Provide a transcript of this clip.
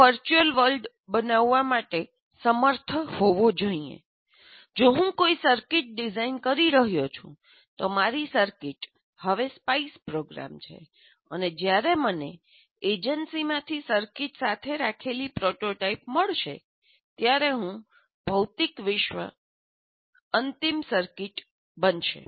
હું virtual world બનાવવા માટે સમર્થ હોવો જોઈએ જો હું કોઈ સર્કિટ ડિઝાઇન કરી રહ્યો છું તો મારી સર્કિટ હવે સ્પાઇસ પ્રોગ્રામ છે અને જ્યારે મને એજન્સીમાંથી સર્કિટ સાથે રાખેલી પ્રોટોટાઇપ મળશે ત્યારે ભૌતિક વિશ્વ અંતિમ સર્કિટ બનશે